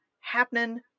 Happening